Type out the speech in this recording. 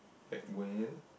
like when